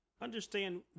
Understand